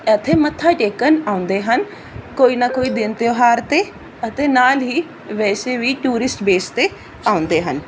ਇਥੇ ਮੱਥਾ ਟੇਕਣ ਆਉਂਦੇ ਹਨ ਕੋਈ ਨਾ ਕੋਈ ਦਿਨ ਤਿਉਹਾਰ 'ਤੇ ਅਤੇ ਨਾਲ ਹੀ ਵੈਸੇ ਵੀ ਟੂਰਿਸਟ ਬੇਸ 'ਤੇ ਆਉਂਦੇ ਹਨ